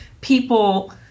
people